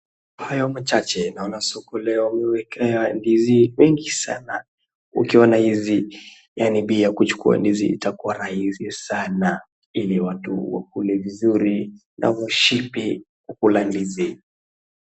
Hayo machache naona soko leo wameeka ndizi wengi sana, ukiona hivi yaani bei ya kuchukua ndizi itakuwa rahisi sana ili watu wakule vizuri na washibe kukula ndizi.